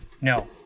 No